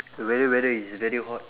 the weather weather is very hot